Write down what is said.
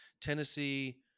Tennessee